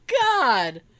God